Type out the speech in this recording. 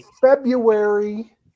February